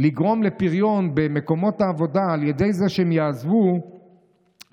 לגרום לפריון עבודה על ידי זה שהם יעזבו